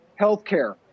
healthcare